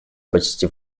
почти